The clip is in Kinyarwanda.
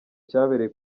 cyabereye